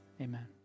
Amen